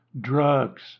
Drugs